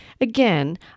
again